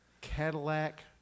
Cadillac